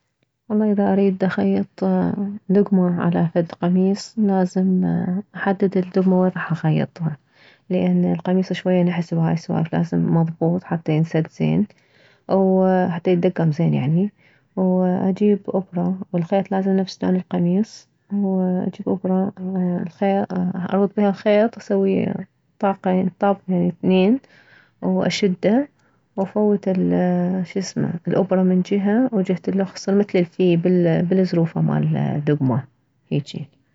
والله اذا اريد اخيط دكمة على فد قميص لازم احدد الدكمة وين راح اخيطها لان القميص شوية نحس بهاي السوالف لازم مضبوط حتى ينسد زين وحتى يتدكم زين يعني واجيب ابرة والخيط لازم نفس لون القميص واجيب ابرة الخيط الف بيها الخيط اسويه طاقين طاكين اثنين اشده وافوت الشسمه الابرة من جهة وجهة الخ تصير مثل الفي بالزروفة مالدكمة هيجي